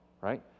right